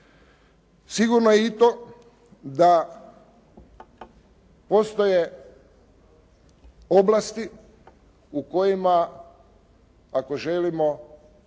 Sigurno je i to da postoje oblasti u kojima ako želimo